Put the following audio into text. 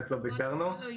הדיון.